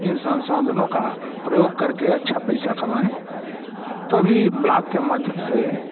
इन संसाधनों का प्रयोग करके अच्छा पैसा कमाएँ तभी ब्लॉक के माध्यम से